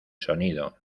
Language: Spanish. sonido